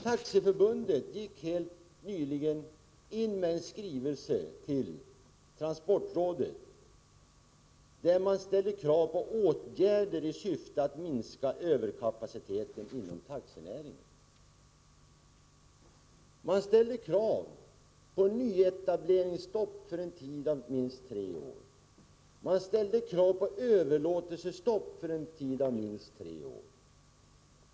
Taxiförbundet gick helt nyligen ut med en skrivelse till transportrådet där man ställde krav på åtgärder i syfte att minska överkapaciteten inom taxinäringen. Man ställde krav på nyetableringsstopp för en tid av minst tre år. Man ställde krav på överlåtelsestopp för en tid av minst tre år.